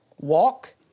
walk